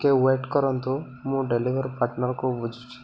ଟିକେ ୱେଟ୍ କରନ୍ତୁ ମୁଁ ଡେଲିଭରି ପାର୍ଟନର୍କୁ ବୁଝୁଛି